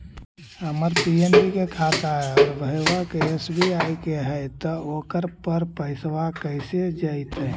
हमर पी.एन.बी के खाता है और भईवा के एस.बी.आई के है त ओकर पर पैसबा कैसे जइतै?